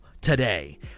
today